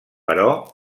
però